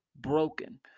broken